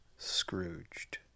Scrooged